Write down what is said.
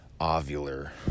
ovular